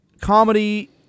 comedy